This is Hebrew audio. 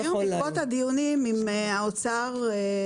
בעקבות הדיונים עם האוצר.